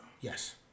Yes